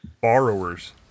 borrowers